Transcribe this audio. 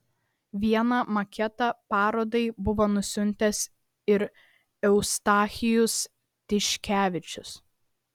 vieną maketą parodai buvo nusiuntęs ir eustachijus tiškevičius